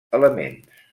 elements